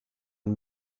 een